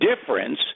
difference